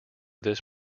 this